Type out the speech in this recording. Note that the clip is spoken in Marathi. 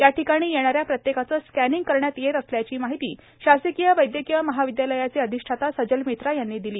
या ठिकाणी येणाऱ्या प्रत्येकाचे स्कॅनिंग करण्यात येत असल्याची माहिती शासकीय वैद्यकीय महाविद्यालयाचे अधिष्ठाता सजल मित्रा यांनी दिली